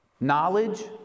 knowledge